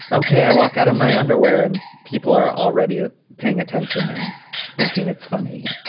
okay, i walk out of my underwear and people are already ah paying attention and thinking it's funny.